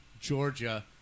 Georgia